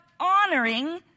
honoring